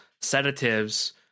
sedatives